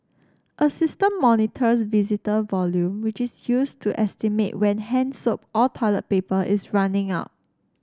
a system monitors visitor volume which is used to estimate when hand soap or toilet paper is running out